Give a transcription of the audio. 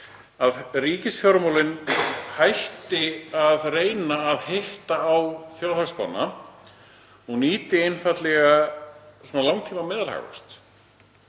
að ríkisfjármálin hætti að reyna að hitta á þjóðhagsspána og nýti einfaldlega langtíma meðalhagvöxt,